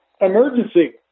emergency